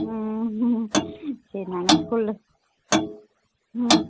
ம் ம் சரி நாங்கள் ஸ்கூலில் ம்